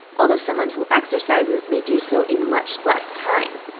although someone who exercises may do so in much less time.